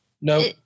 no